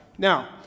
Now